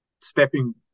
stepping